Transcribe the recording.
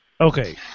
Okay